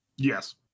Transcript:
Yes